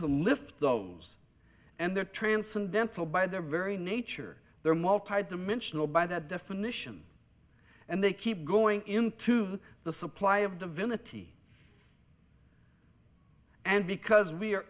to lift those and their transcendental by their very nature they're multi dimensional by that definition and they keep going into the supply of divinity and because we